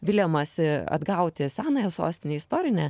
viliamasi atgauti senąją sostinę istorinę